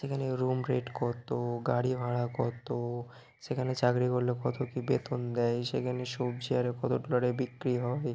সেখানে room rate কত গাড়ি ভাড়া কত সেখানে চাকরি করলে কত কী বেতন দেয় সেখানে সবজি আরে কত ডলারে বিক্রি হবে